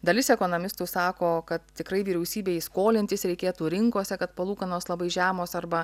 dalis ekonomistų sako kad tikrai vyriausybei skolintis reikėtų rinkose kad palūkanos labai žemos arba